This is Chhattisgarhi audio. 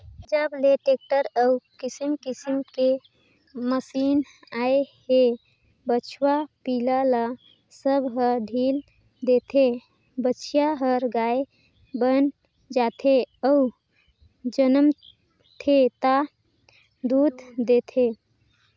जब ले टेक्टर अउ किसम किसम के मसीन आए हे बछवा पिला ल सब ह ढ़ील देथे, बछिया हर गाय बयन जाथे अउ जनमथे ता दूद देथे